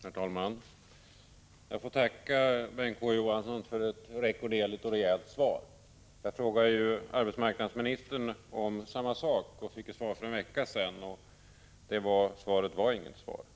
Herr talman! Jag får tacka statsrådet Bengt K. Å. Johansson för ett rekorderligt och rejält svar. Jag frågade arbetsmarknadsministern om samma sak och fick svar för en vecka sedan. Men det svaret var inget svar.